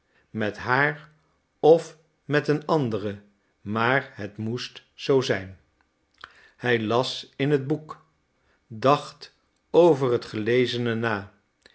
met haar of met een andere maar het moest zoo zijn hij las in het boek dacht over het gelezene na